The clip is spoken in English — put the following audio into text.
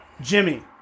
Jimmy